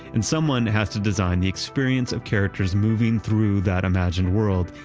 and someone has to design the experience of characters moving through that imagined world.